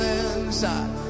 inside